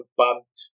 bumped